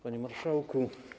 Panie Marszałku!